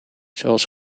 zoals